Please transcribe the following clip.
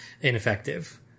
ineffective